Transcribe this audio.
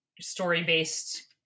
story-based